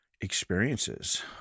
experiences